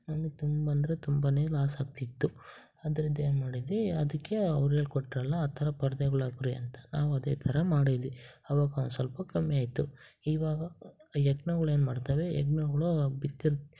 ನಮಗ್ ತುಂಬ ಅಂದರೆ ತುಂಬಾ ಲಾಸ್ ಆಗ್ತಿತ್ತು ಅದ್ರಿಂದ ಏನು ಮಾಡಿದ್ವಿ ಅದಕ್ಕೆ ಅವ್ರು ಹೇಳ್ಕೊಟ್ರಲ್ಲ ಆ ಥರ ಪರ್ದೆಗಳ್ ಹಾಕ್ರಿ ಅಂತ ನಾವು ಅದೇ ಥರ ಮಾಡಿದ್ವಿ ಅವಾಗ ಒಂದು ಸ್ವಲ್ಪ ಕಮ್ಮಿ ಆಯಿತು ಇವಾಗ ಹೆಗ್ಣಗುಳೇನ್ ಮಾಡ್ತಾವೆ ಹೆಗ್ಣಗುಳು ಬಿತ್ತಿರೋ